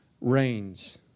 reigns